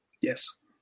Yes